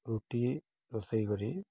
ରୁଟି ରୋଷେଇ କରି